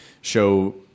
show